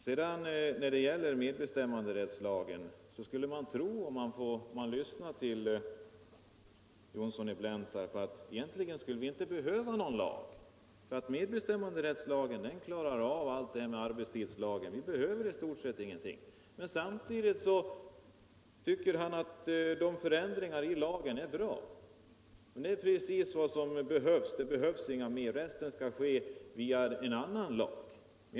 I fråga om medbestämmanderättslagen skulle man tro, om man lyssnar till herr Johnsson i Blentarp, att vi egentligen inte skulle behöva någon lag, för medbestämmanderättslagen klarar av allt det här som gäller arbetstidslagen. Men samtidigt tycker han att förändringarna i lagen är bra. Det är precis vad som behövs; det behövs ingenting mer. Resten skall ske via en annan lag.